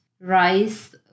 rice